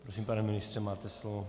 Prosím, pane ministře, máte slovo.